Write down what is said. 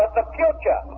ah the future